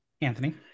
Anthony